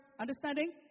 understanding